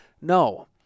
No